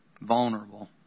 vulnerable